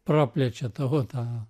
praplečia tavo tą